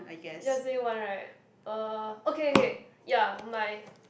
just say one right uh okay okay ya my